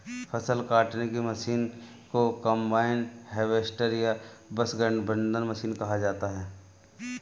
फ़सल काटने की मशीन को कंबाइन हार्वेस्टर या बस गठबंधन मशीन कहा जाता है